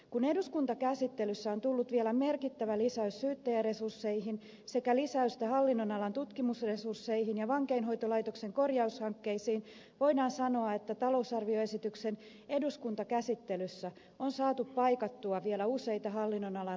kun eduskuntakäsittelyssä on tullut vielä merkittävä lisäys syyttäjäresursseihin sekä lisäystä hallinnonalan tutkimusresursseihin ja vankeinhoitolaitoksen korjaushankkeisiin voidaan sanoa että talousarvioesityksen eduskuntakäsittelyssä on saatu paikattua vielä useita hallinnonalan resurssikapeikkoja